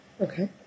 Okay